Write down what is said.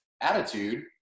attitude